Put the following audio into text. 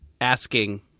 asking